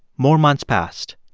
more months passed.